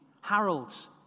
Harold's